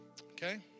Okay